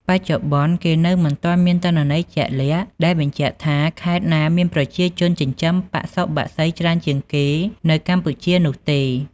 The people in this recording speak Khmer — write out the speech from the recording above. បច្ចុប្បន្ន គេនៅមិនទាន់មានទិន្នន័យជាក់លាក់ដែលបញ្ជាក់ថាខេត្តណាមានប្រជាជនចិញ្ចឹមបសុបក្សីច្រើនជាងគេនៅកម្ពុជានោះទេ។